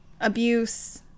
abuse